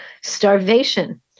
starvation